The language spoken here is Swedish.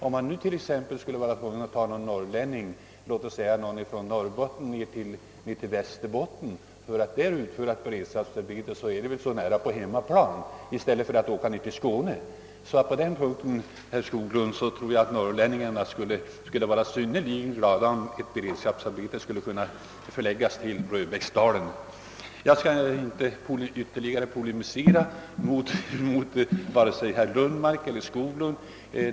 Om man nu skulle vara tvungen att flytta norrlänningar från t.ex. Norrbotten till Västerbotten för att där utföra beredskapsarbete, är väl detta mycket närmare hemorten än t.ex. Skåne. Jag tror att norrlänningarna skulle vara synnerligen glada, om ett beredskapsarbete kunde förläggas till Röbäcksdalen. Jag skall inte ytterligare polemisera mot vare sig herr Lundmark eller herr Skoglund.